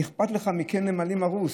אכפת לך מקן נמלים הרוס,